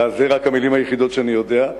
אלה המלים היחידות שאני יודע.